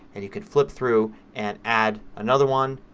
and you can flip through and add another one.